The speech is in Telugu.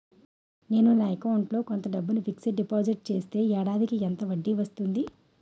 నేను నా అకౌంట్ లో కొంత డబ్బును ఫిక్సడ్ డెపోసిట్ చేస్తే ఏడాదికి ఎంత వడ్డీ వస్తుంది?